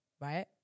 right